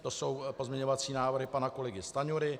To jsou pozměňovací návrhy pana kolegy Stanjury.